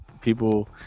people